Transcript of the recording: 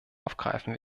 aufgreifen